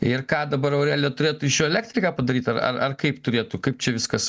ir ką dabar aurelija turėtų iš jo elektriką padaryt ar ar ar kaip turėtų kaip čia viskas